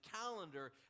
calendar